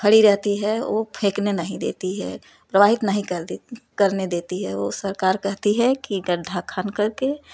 खड़ी रहती है वो फेंकने नहीं देती है प्रवाहित नहीं कर दे करने देती है वो सरकार कहती है कि गड्ढा खन करके